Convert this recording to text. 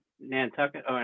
nantucket